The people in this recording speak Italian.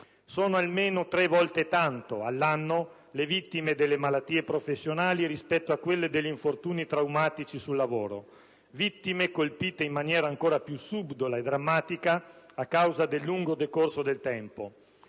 almeno a tre volte tanto all'anno le vittime delle malattie professionali rispetto a quelle degli infortuni traumatici sul lavoro: vittime colpite in maniera ancora più subdola e drammatica a causa del lungo decorso del tempo